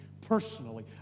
personally